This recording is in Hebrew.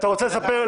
אתה רוצה לספר?